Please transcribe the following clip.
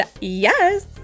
yes